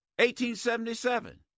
1877